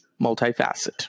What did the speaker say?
multifaceted